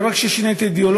ולא רק ששינה את האידיאולוגיה,